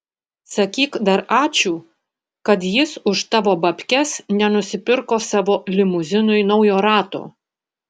sakyk dar ačiū kad jis už tavo babkes nenusipirko savo limuzinui naujo rato